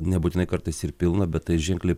nebūtinai kartais ir pilną bet tai ženkliai